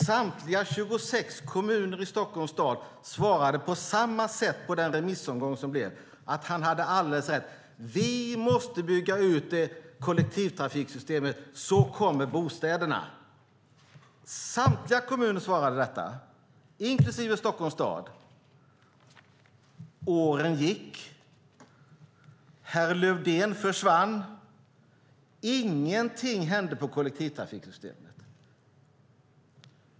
Samtliga 26 kommuner i Stockholms län svarade på samma sätt i remissomgången, nämligen att han hade alldeles rätt i att vi måste bygga ut kollektivtrafikssystemet; då kommer bostäderna. Samtliga kommuner svarade detta, inklusive Stockholms stad. Åren gick. Herr Lövdén försvann, och ingenting hände med kollektivtrafikssystemet.